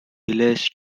village